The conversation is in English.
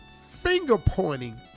Finger-pointing